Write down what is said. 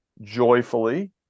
joyfully